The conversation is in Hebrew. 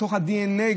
בתוך הדנ"א,